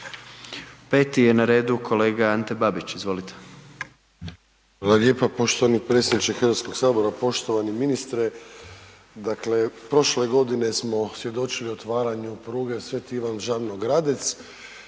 5. je na redu kolega Ante Babić, izvolite.